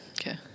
Okay